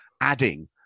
adding